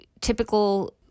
typical